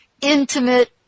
intimate